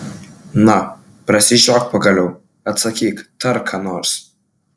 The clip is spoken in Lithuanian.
na prasižiok pagaliau atsakyk tark ką nors